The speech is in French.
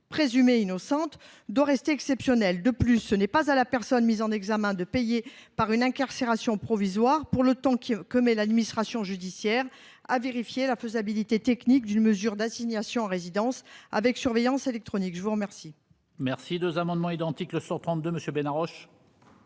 présumées innocentes, doit rester exceptionnel. De plus, ce n'est pas à la personne mise en examen de payer, par une incarcération provisoire, pour le temps que met l'administration judiciaire à vérifier la faisabilité technique d'une mesure d'assignation à résidence avec surveillance électronique. Les deux